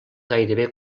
gairebé